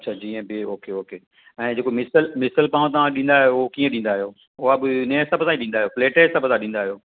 अच्छ जीअं बि ओके ओके ऐं जेको मिसल मिसल पाव तव्हां ॾींदा आहियो उहो कीअं ॾींदा आहियो उहो कीअं ॾींदा आहियो प्लेट जे हिसाब सां ई ॾींदा आहियो